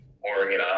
Oregon